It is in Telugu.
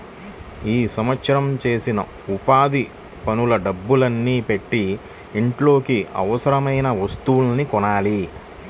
ఈ సంవత్సరం చేసిన ఉపాధి పనుల డబ్బుల్ని పెట్టి ఇంట్లోకి అవసరమయిన వస్తువుల్ని కొనాలి